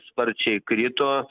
sparčiai krito